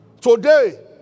today